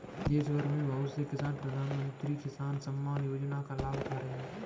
देशभर में बहुत से किसान प्रधानमंत्री किसान सम्मान योजना का लाभ उठा रहे हैं